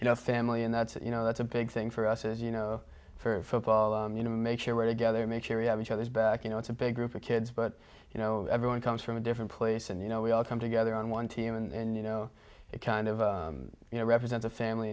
you know family and that's you know that's a big thing for us as you know for paul you know to make sure we're together make sure we have each other's back you know it's a big group of kids but you know everyone comes from a different place and you know we all come together on one team and you know it kind of you know represents a family